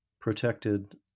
protected